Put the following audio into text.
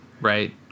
right